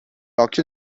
occhio